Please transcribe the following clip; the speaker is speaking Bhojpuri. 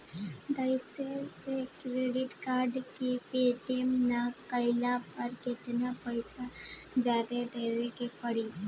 टाइम से क्रेडिट कार्ड के पेमेंट ना कैला पर केतना पईसा जादे देवे के पड़ी?